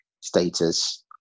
status